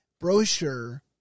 brochure